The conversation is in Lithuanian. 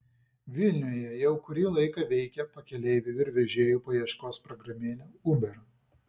vilniuje jau kurį laiką veikia pakeleivių ir vežėjų paieškos programėlė uber